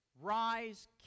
rise